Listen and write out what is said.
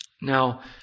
Now